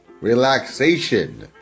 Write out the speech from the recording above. relaxation